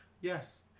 Yes